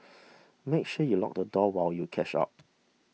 make sure you lock the door while you catch up